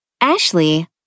Ashley